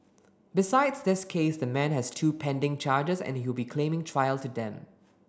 besides this case the man has two pending charges and he will be claiming trial to them